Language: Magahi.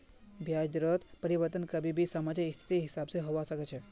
ब्याज दरत परिवर्तन कभी भी समाजेर स्थितिर हिसाब से होबा सके छे